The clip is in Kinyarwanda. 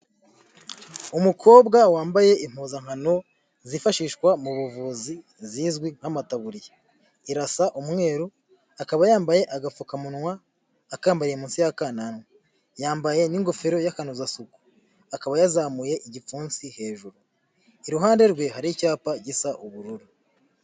Umukobwa wambaye impuzankano zifashishwa mu buvuzi zizwi nk'amatabuya, irasa umweru akaba yambaye agapfukamunwa akambariye munsi y'akananwa, yambaye n'ingofero y'akanozasuku akaba yazamuye igipfunsi hejuru iruhande rwe hari icyapa gisa ubururu.